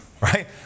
right